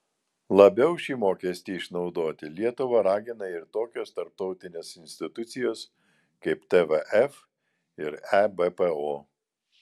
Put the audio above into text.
labiau šį mokestį išnaudoti lietuvą ragina ir tokios tarptautinės institucijos kaip tvf ir ebpo